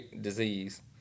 disease